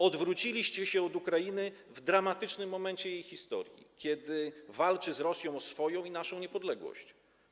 Odwróciliście się od Ukrainy w dramatycznym momencie jej historii, kiedy walczy z Rosją o swoją i naszą niepodległość.